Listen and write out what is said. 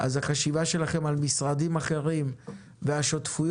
אז החשיבה שלכם על משרדים אחרים והשותפויות,